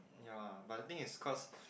yea but the thing is cause